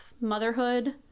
motherhood